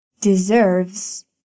deserves